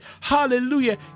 hallelujah